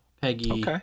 Peggy